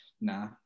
nah